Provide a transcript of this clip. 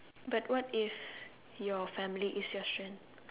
but what if your family is your strength